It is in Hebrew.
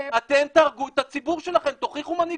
אתם תהרגו את הציבור שלכם, תוכיחו מנהיגות.